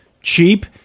cheap